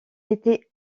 était